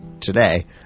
today